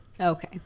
Okay